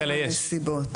כמה סעיפים כאלה יש?